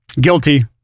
Guilty